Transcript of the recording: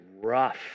rough